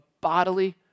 bodily